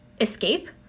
escape